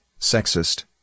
sexist